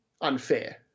unfair